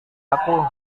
aku